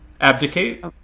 Abdicate